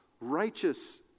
righteous